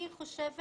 אני חושבת